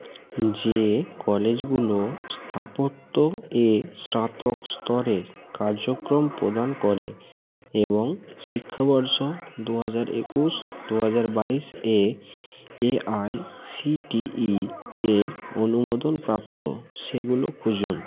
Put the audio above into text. যে কলেজগুলো স্থাপত্য এ স্নাতক স্তরের কার্যক্রম প্রদান করে এবং শিক্ষাবর্ষ দু হাজার একুশ দু হাজার বাইশ এ A I C T E এর অনুমোদনপ্রাপ্ত সেগুলো খুঁজুন